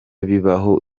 bibaho